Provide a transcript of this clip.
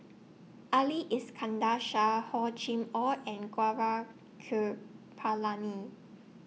Ali Iskandar Shah Hor Chim Or and Gaurav Kripalani